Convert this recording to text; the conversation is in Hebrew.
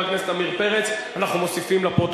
נתקבלה.